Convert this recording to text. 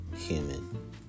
human